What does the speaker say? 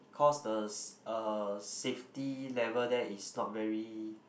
cause the uh safety level there is not very